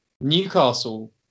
newcastle